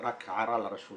הערה לרשות